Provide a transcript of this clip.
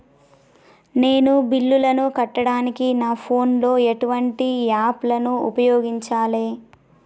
నేను బిల్లులను కట్టడానికి నా ఫోన్ లో ఎటువంటి యాప్ లను ఉపయోగించాలే?